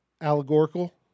Allegorical